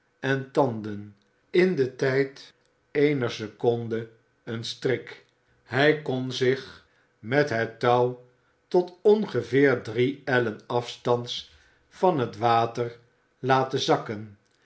en tanden in den tijd eener seconde een strik hij kon zich met het touw tot op ongeveer drie ellen afstands van het water laten zakken